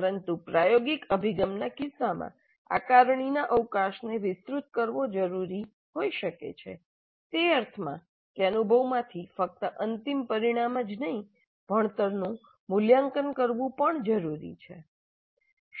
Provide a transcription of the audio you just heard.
પરંતુ પ્રાયોગિક અભિગમના કિસ્સામાં આકારણીના અવકાશને વિસ્તૃત કરવો જરૂરી હોઈ શકે છે તે અર્થમાં કે અનુભવમાંથી કક્ત અંતિમ પરિણામ જ નહીં ભણતરનું મૂલ્યાંકન કરવું જરૂરી છે